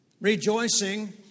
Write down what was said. rejoicing